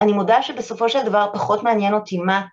‫אני מודה שבסופו של דבר ‫פחות מעניין אותי מה.